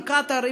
עם קטאר,